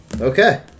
Okay